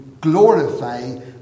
glorify